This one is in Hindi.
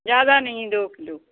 ज़्यादा नहीं दो किलो